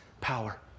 power